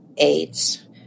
AIDS